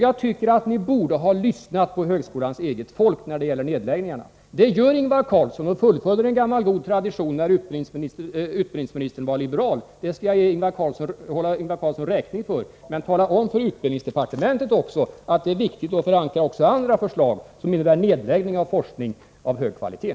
Jag tycker att ni borde ha lyssnat på högskolans eget folk när det gäller nedläggningarna. Det gör Ingvar Carlsson och fullföljer en gammal god tradition från den tid när utbildningsministern var liberal, det skall jag hålla Ingvar Carlsson räkning för. Men tala om för utbildningsdepartementet att det är viktigt att förankra också andra förslag som innebär nedläggning av forskning av hög kvalitet.